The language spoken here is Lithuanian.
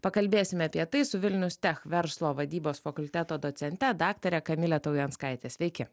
pakalbėsime apie tai su vilnius tech verslo vadybos fakulteto docente daktare kamile taujanskaite sveiki